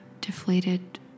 deflated